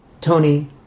Tony